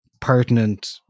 Pertinent